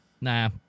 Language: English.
Nah